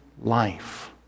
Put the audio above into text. life